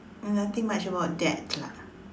nothing much about that lah